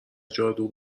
جادو